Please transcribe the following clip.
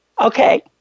Okay